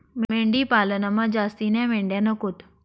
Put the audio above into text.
मेंढी पालनमा जास्तीन्या मेंढ्या नकोत